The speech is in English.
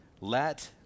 let